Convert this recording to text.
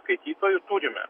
skaitytojų turime